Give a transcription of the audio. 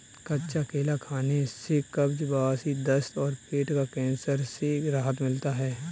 कच्चा केला खाने से कब्ज, बवासीर, दस्त और पेट का कैंसर से राहत मिलता है